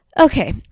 Okay